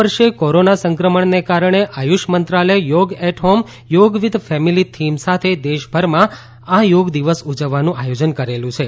આ વર્ષે કોરોના સંક્રમણને કારણે આયુષ મંત્રાલયે yoga at home yoga with family theme સાથે દેશ ભરમાં આ યોગ દિવસ ઉજવવાનું આયોજન કરેલું છે